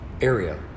area